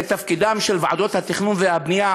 הרי תפקידן של ועדות התכנון והבנייה,